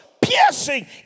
piercing